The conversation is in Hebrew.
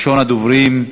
ראשון הדוברים,